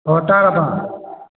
ꯑꯣ ꯇꯥꯔꯕ